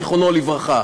זיכרונו לברכה,